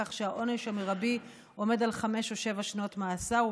כך שהעונש המרבי עומד על חמש או שבע שנות מאסר,